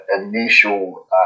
initial